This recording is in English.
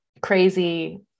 crazy